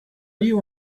you